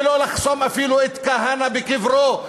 ולא לחסום אפילו את כהנא בקברו,